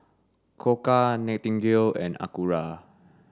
Koka Nightingale and Acura